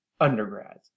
undergrads